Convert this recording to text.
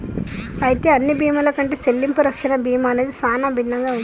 అయితే అన్ని బీమాల కంటే సెల్లింపు రక్షణ బీమా అనేది సానా భిన్నంగా ఉంటది